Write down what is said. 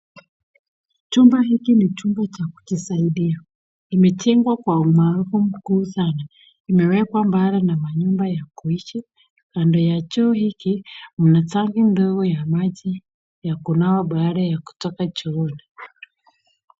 Chumba hiki ni chumba cha kujisaidia. Imetengwa kwa umaalum kuuza. Imewekwa mbali na manyumba ya kuishi. Kando ya choo hiki mna jagi ndogo ya maji ya kunawa baada ya kutoka chooni.